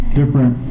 different